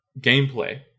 Gameplay